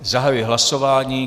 Zahajuji hlasování.